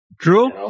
True